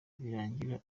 birangira